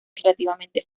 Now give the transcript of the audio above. relativamente